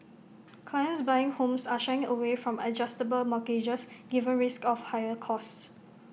clients buying homes are shying away from adjustable mortgages given risks of higher costs